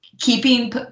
keeping